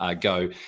go